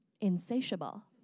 insatiable